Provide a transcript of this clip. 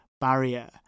barrier